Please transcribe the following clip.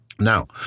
Now